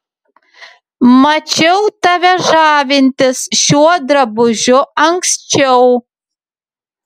mačiau tave žavintis šiuo drabužiu anksčiau